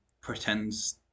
pretends